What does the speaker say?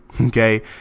okay